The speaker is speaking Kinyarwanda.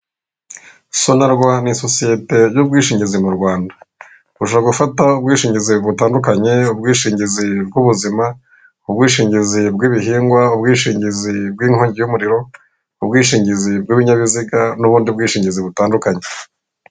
SONARWA ni sosiyete y'ubwishingizi mu Rwanda, ushobora gufata ubwishingizi butandukanye, ubwishingizi bw'ubuzima, ubwishingizi bw'ibihingwa, ubwishingizi bw'inkongi y'umuriro, ubwishingizi bw'ibinyabiziga, n'ubundi bwishingizi butandukanye.